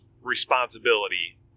responsibility